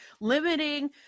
limiting